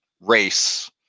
race